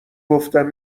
گفتم